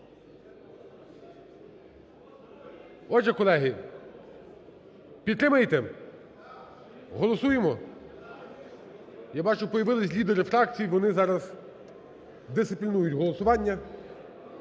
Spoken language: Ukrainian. Отже, колеги, підтримаєте? Голосуємо? Я бачу, появились лідери фракцій, вони зараз дисциплінують голосування.